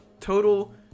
total